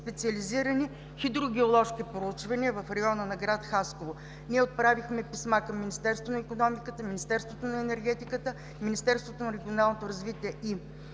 специализирани хидрогеоложки проучвания в района на град Хасково. Отправихме писма към Министерството на икономиката, Министерството на енергетиката и Министерството на регионалното развитие и